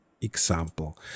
example